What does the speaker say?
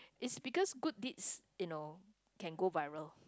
is because good deeds you know can go viral